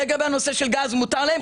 לגבי הנושא של גז מותר להם,